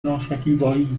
ناشکیبایی